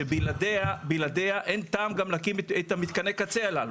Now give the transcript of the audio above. שבלעדיה אין טעם גם להקים את מתקני הקצה הללו.